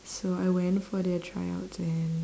so I went for their tryouts and